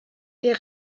der